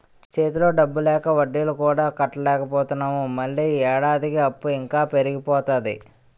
చేతిలో డబ్బు లేక వడ్డీలు కూడా కట్టలేకపోతున్నాము మళ్ళీ ఏడాదికి అప్పు ఇంకా పెరిగిపోతాది